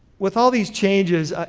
with all these changes, ah